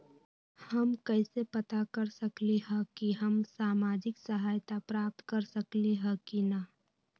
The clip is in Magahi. हम कैसे पता कर सकली ह की हम सामाजिक सहायता प्राप्त कर सकली ह की न?